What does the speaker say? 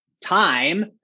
time